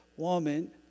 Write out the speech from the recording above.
Woman